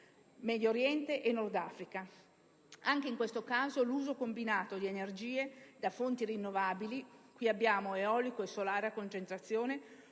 Medio Oriente e del Nord Africa. Anche in questo caso, l'uso combinato di energie da fonti rinnovabili (ad esempio, eolico e solare a concentrazione)